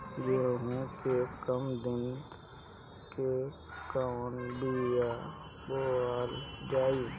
गेहूं के कम दिन के कवन बीआ बोअल जाई?